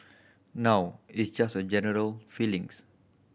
now it's just a general feelings